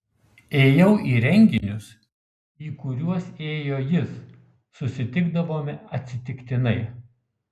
ėjau į renginius į kuriuos ėjo jis susitikdavome atsitiktinai